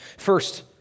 first